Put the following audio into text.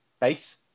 base